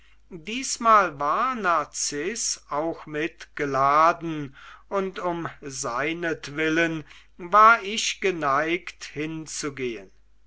diesmal war narziß auch mit geladen und um seinetwillen war ich geneigt hinzugehen